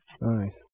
Nice